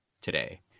today